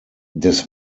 des